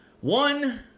one